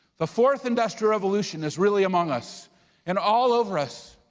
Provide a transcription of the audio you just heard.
the fourth industrial revolution is really among us and all over us.